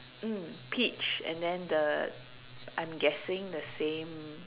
mm peach and then the I'm guessing the same